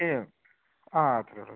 ഇയ്യോ ആ അത്രയേയുള്ളൂ അത്രയേയുള്ളൂ